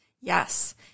Yes